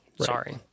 Sorry